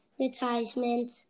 advertisement